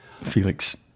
Felix